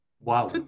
wow